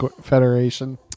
Federation